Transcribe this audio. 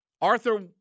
Arthur